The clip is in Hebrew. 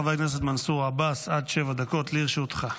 חבר הכנסת מנסור עבאס, עד שבע דקות לרשותך.